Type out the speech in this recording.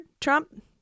Trump